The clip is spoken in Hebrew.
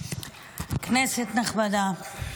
כנסת נכבדה,